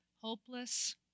hopeless